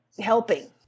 helping